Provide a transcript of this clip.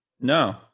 No